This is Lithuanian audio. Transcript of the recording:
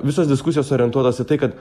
visos diskusijos orientuotos į tai kad